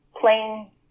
plain